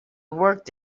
worked